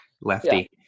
Lefty